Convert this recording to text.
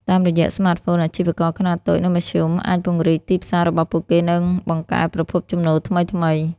តាមរយៈស្មាតហ្វូន អាជីវករខ្នាតតូច និងមធ្យមអាចពង្រីកទីផ្សាររបស់ពួកគេ និងបង្កើតប្រភពចំណូលថ្មីៗ។